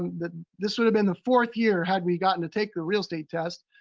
that this would've been the fourth year, had we gotten to take the real state test,